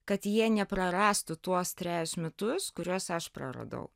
kad jie neprarastų tuos trejus metus kuriuos aš praradau